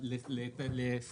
איך היה לך פה עם איתי?